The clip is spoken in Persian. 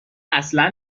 اصلا